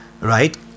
right